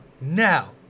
now